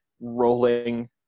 rolling